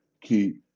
keep